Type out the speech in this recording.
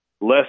less